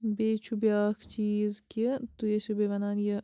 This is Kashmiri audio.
بیٚیہِ چھُ بیٛاکھ چیٖز کہِ تُہۍ ٲسوٕ بیٚیہِ وَنان یہِ